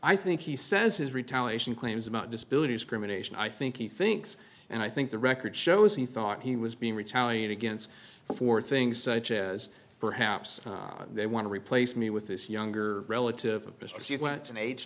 i think he says his retaliation claims about disability criminalization i think he thinks and i think the record shows he thought he was being retaliate against for things such as perhaps they want to replace me with this younger relative